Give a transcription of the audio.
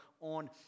on